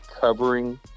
covering